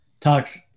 talks